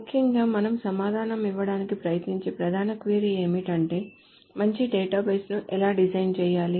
ముఖ్యంగా మనం సమాధానం ఇవ్వడానికి ప్రయత్నించే ప్రధాన క్వరీ ఏమిటంటే మంచి డేటాబేస్ను ఎలా డిజైన్ చేయాలి